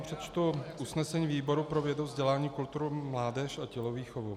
Přečtu vám usnesení výboru pro vědu, vzdělání, kulturu, mládež a tělovýchovu.